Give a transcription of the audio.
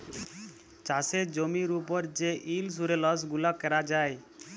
চাষের জমির উপর যে ইলসুরেলস গুলা ক্যরা যায়